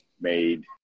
made